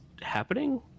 happening